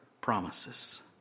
promises